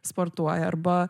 sportuoja arba